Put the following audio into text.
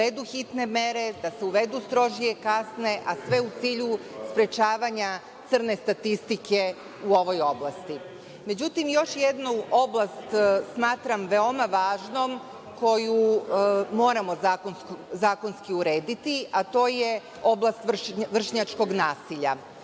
uvedu hitne mere, da se uvedu strožije kazne, a sve u cilju sprečavanja crne statistike u ovoj oblasti.Međutim, još jednu oblast smatram veoma važnom koju moramo zakonski urediti, a to je oblast vršnjačkog nasilja.